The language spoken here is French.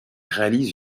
réalise